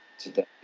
today